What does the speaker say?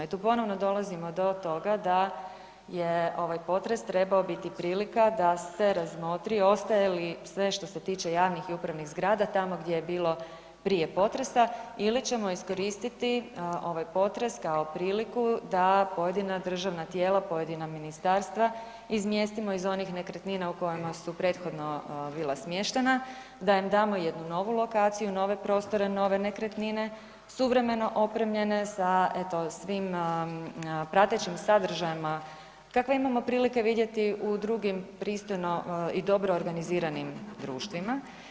I tu ponovno dolazimo do toga da je ovaj potres trebao biti prilika da se razmotri ostaje li sve što se tiče javnih i upravnih zgrada tamo gdje je bilo prije potresa ili ćemo iskoristiti ovaj potres kao priliku da pojedina državna tijela, pojedina ministarstva izmjestimo iz onih nekretnina u kojima su prethodno bila smještena, da im damo jednu novu lokaciju, nove prostore, nove nekretnine, suvremeno opremljene sa eto svim pratećim sadržajima kakve imamo prilike vidjeti u drugim pristojno i dobro organiziranim društvima.